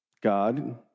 God